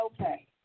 Okay